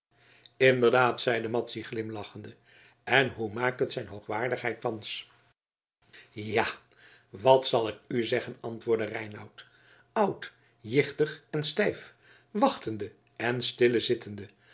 inderdaad zeide madzy glimlachende en hoe maakt het zijn hoogwaardigheid thans ja wat zal ik u zeggen antwoordde reinout oud jichtig en stijf wachtende en stille zittende